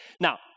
Now